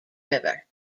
river